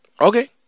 Okay